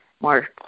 more